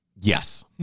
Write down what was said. Yes